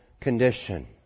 condition